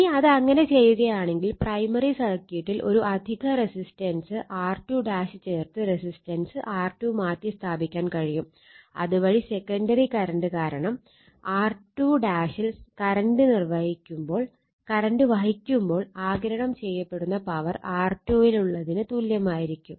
ഇനി അത് അങ്ങനെ ചെയ്യുകയാണെങ്കിൽ പ്രൈമറി സർക്യൂട്ടിൽ ഒരു അധിക റെസിസ്റ്റൻസ് R2 ചേർത്ത് റെസിസ്റ്റൻസ് R2 മാറ്റിസ്ഥാപിക്കാൻ കഴിയും അതു വഴി സെക്കണ്ടറി കറന്റ് കാരണം R2 ൽ കറന്റ് വഹിക്കുമ്പോൾ ആഗിരണം ചെയ്യപ്പെടുന്ന പവർ R2 ൽ ഉള്ളതിന് തുല്യമായിരിക്കും